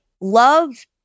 love